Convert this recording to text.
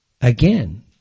Again